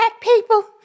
people